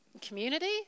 Community